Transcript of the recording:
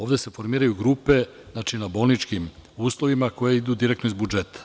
Ovde se formiraju grupe, znači na bolničkim uslovima koji idu direktno iz budžeta.